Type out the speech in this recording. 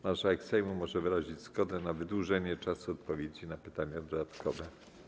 Marszałek Sejmu może wyrazić zgodę na wydłużenie czasu odpowiedzi na pytania dodatkowe.